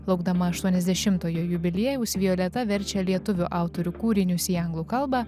laukdama aštuoniasdešimtojo jubiliejaus violeta verčia lietuvių autorių kūrinius į anglų kalbą